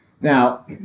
Now